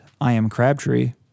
IamCrabTree